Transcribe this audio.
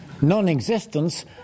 Non-existence